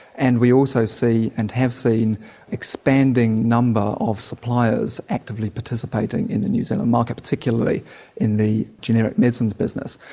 and we also see and have seen an expanding number of suppliers actively participating in the new zealand market, particularly in the generic medicines business.